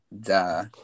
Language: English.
Duh